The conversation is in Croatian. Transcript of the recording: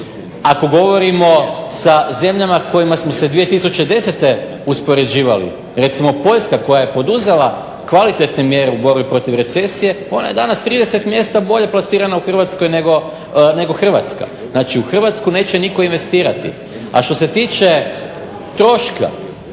Ako govorimo sa zemljama s kojima smo se 2010. uspoređivali, recimo Poljska koja je poduzela kvalitetne mjere u borbi protiv recesije ona je danas 30 mjesta bolje plasirana nego Hrvatska. Znači u Hrvatsku neće nitko investirati. A što se tiče troška,